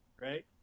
right